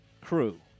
crew